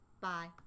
Bye